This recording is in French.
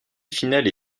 finales